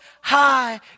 high